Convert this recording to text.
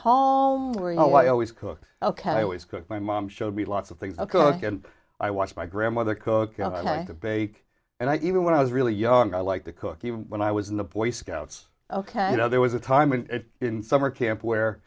know i always cook ok i always cook my mom showed me lots of things i cook and i watch my grandmother cook i bake and i even when i was really young i like the cookie when i was in the boy scouts ok there was a time when in summer camp where